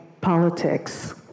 Politics